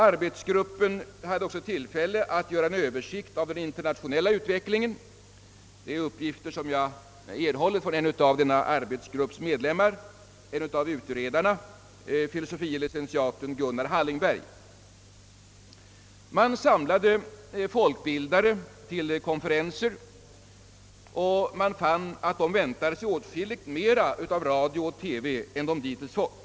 Arbets gruppen hade också tillfälle att göra en översikt över den internationella utvecklingen. Detta är uppgifter som jag erhållit från en av denna arbetsgrupps medlemmar, fil. lic. Gunnar Hallingberg. Arbetsgruppen samlade folkbildare till konferenser, och man fann att de väntade sig åtskilligt mer av radio och TV än de hittills fått.